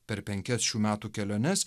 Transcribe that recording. per penkias šių metų keliones